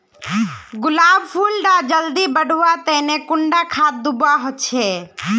गुलाब फुल डा जल्दी बढ़वा तने कुंडा खाद दूवा होछै?